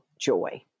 joy